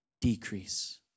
decrease